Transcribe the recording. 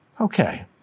Okay